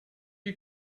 you